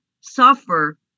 suffer